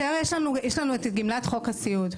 יש לנו את גמלת חוק הסיעוד.